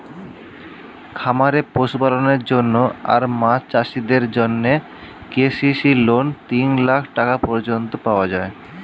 খামারে পশুপালনের জন্য আর মাছ চাষিদের জন্যে কে.সি.সি লোন তিন লাখ টাকা পর্যন্ত পাওয়া যায়